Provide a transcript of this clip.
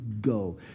go